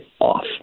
off